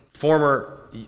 Former